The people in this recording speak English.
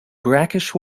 brackish